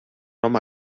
home